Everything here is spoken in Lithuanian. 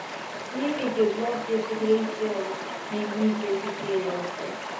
įvykiai klostėsi greičiau nei nyčė tikėjosi